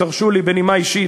תרשו לי בנימה אישית,